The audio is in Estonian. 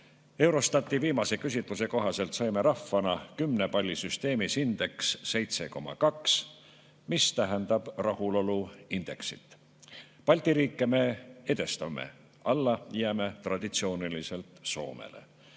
Eurostati viimase küsitluse kohaselt saime rahvana kümnepallisüsteemis hindeks 7,2 – see tähendab rahuloluindeksit. Balti riike me edestame, alla jääme traditsiooniliselt Soomele.